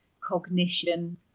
cognition